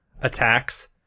attacks